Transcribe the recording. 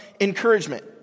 encouragement